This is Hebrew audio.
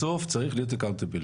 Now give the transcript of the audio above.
בסוף צריך להיות גורם אחראי.